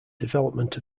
development